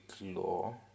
law